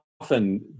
often